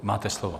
Máte slovo.